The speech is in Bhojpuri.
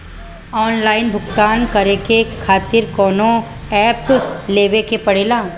आनलाइन भुगतान करके के खातिर कौनो ऐप लेवेके पड़ेला?